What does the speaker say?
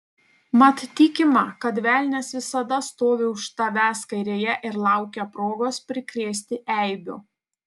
mat tikima kad velnias visada stovi už tavęs kairėje ir laukia progos prikrėsti eibių